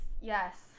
Yes